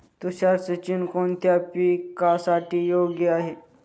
तुषार सिंचन कोणत्या पिकासाठी योग्य आहे?